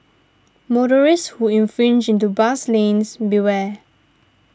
motorists who infringe into bus lanes beware